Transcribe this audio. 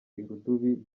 irudubi